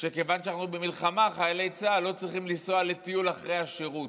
שכיוון שאנחנו במלחמה חיילי צה"ל לא צריכים לנסוע לטיול אחרי השירות.